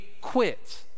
quit